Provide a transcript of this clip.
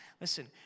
listen